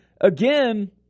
again